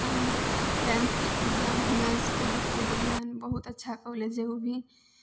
आओर टेन्थके एक्जाम ह्यूमेंस कॉलेजसँ देलियै हन बहुत अच्छा कॉलेज हइ उ भी